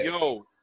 yo